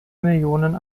millionen